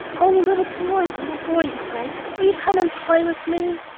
oh, little boy! little boy! he cried, will you come and play with me?